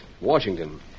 Washington